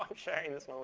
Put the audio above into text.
um sharing this